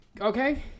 Okay